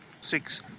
Six